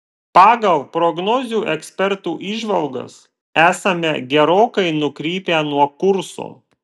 pagal prognozių ekspertų įžvalgas esame gerokai nukrypę nuo kurso